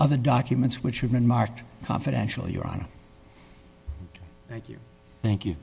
other documents which we've been marked confidential your ana thank you